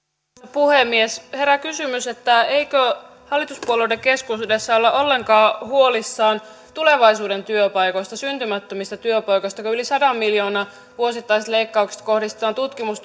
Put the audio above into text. puhemies herää kysymys eikö hallituspuolueiden keskuudessa olla ollenkaan huolissaan tulevaisuuden työpaikoista syntymättömistä työpaikoista kun yli sadan miljoonan vuosittaiset leikkaukset kohdistetaan tutkimus